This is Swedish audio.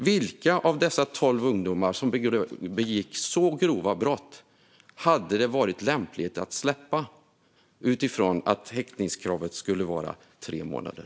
Vilka av dessa tolv ungdomar som begick grova brott hade det varit lämpligt att släppa, utifrån att häktningskravet skulle vara tre månader?